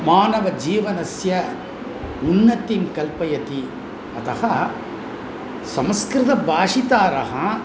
मानवजीवनस्य उन्नतिं कल्पयति अतः संस्कृतभाषितारः